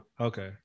Okay